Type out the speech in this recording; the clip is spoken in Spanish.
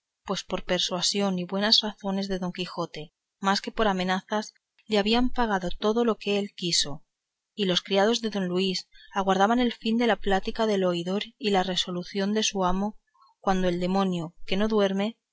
pues por persuasión y buenas razones de don quijote más que por amenazas le habían pagado todo lo que él quiso y los criados de don luis aguardaban el fin de la plática del oidor y la resolución de su amo cuando el demonio que no duerme